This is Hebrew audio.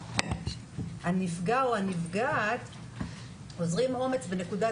הרבה פעמים הנפגע או הנפגעת אוזרים אומץ בנקודת